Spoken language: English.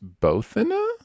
Bothina